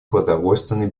продовольственной